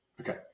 okay